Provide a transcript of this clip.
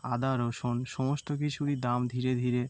আদা রসুন সমস্ত কিছুরই দাম ধীরে ধীরে